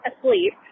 asleep